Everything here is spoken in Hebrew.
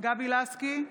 גבי לסקי,